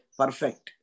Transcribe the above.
perfect